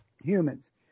humans